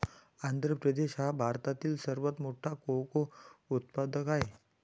आंध्र प्रदेश हा भारतातील सर्वात मोठा कोको उत्पादक आहे